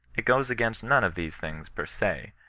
it goes against none of these things, per se.